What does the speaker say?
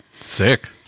Sick